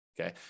Okay